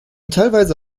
teilweise